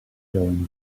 going